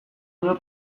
dio